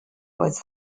was